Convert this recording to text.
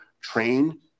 train